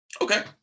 Okay